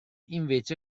invece